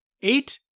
eight